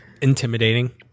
intimidating